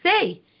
say